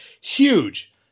huge